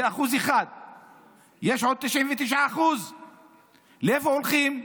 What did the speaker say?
זה 1%. יש עוד 99%. לאיפה הולכים?